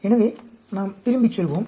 எனவே நாம் திரும்பிச் செல்வோம்